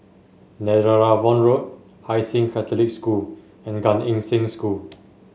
Netheravon Road Hai Sing Catholic School and Gan Eng Seng School